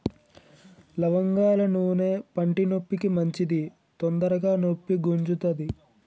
లవంగాల నూనె పంటి నొప్పికి మంచిది తొందరగ నొప్పి గుంజుతది